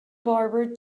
barber